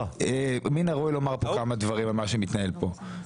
אז מן הראוי לומר פה כמה דברים על מה שמתנהל פה,